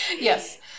yes